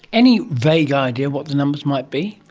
any vague idea what the numbers might be?